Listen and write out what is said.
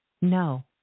No